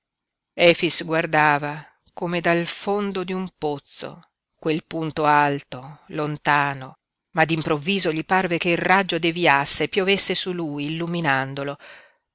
efix guardava come dal fondo di un pozzo quel punto alto lontano ma d'improvviso gli parve che il raggio deviasse piovesse su lui illuminandolo